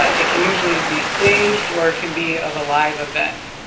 ah it can usually be staged or can be of a live event.